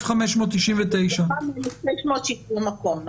1,599. מתוכם 1,600 שיתפו מקום,